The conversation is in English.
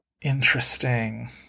Interesting